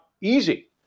easy